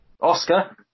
Oscar